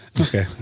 Okay